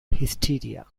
hysteria